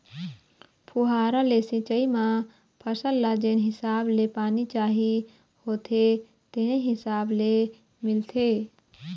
फुहारा ले सिंचई म फसल ल जेन हिसाब ले पानी चाही होथे तेने हिसाब ले मिलथे